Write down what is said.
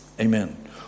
Amen